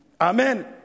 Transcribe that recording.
Amen